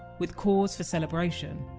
with cause for celebration.